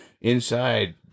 inside